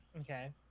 Okay